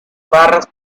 barras